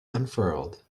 unfurled